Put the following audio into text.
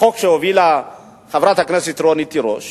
חוק שהובילה חברת הכנסת רונית תירוש,